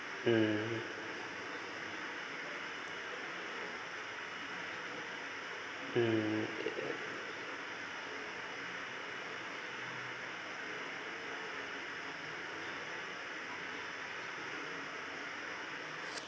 mm mm